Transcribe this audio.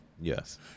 Yes